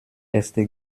erste